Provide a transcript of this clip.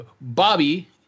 Bobby